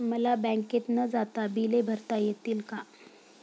मला बँकेत न जाता बिले भरता येतील का?